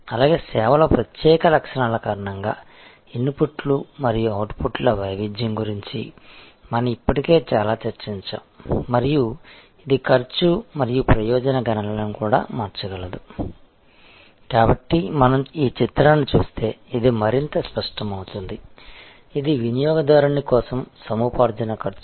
అలాగే సేవల ప్రత్యేక లక్షణాల కారణంగా ఇన్పుట్లు మరియు అవుట్పుట్ల వైవిధ్యం గురించి మనం ఇప్పటికే చాలా చర్చించాము మరియు ఇది ఖర్చు మరియు ప్రయోజన గణనలను కూడా మార్చగలదు కాబట్టి మనం ఈ చిత్రాన్ని చూస్తే ఇది మరింత స్పష్టమవుతుంది ఇది వినియోగదారుని కోసం సముపార్జన ఖర్చు